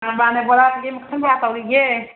ꯑꯥ ꯄꯥꯝꯃꯦ ꯕꯣꯔꯥ ꯀꯩꯀꯩ ꯃꯈꯜ ꯀꯌꯥ ꯕꯣꯔꯥ ꯇꯧꯔꯤꯒꯦ